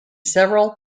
several